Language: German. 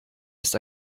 ist